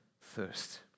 thirst